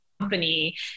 company